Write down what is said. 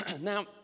Now